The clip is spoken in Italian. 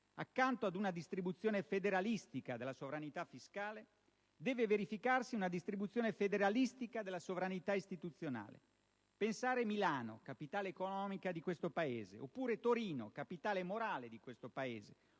Accanto ad una distribuzione federalistica della sovranità fiscale deve verificarsi una distribuzione federalistica della sovranità istituzionale. Pensare Milano (capitale economica di questo Paese), oppure Torino (capitale morale di questo Paese),